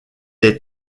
est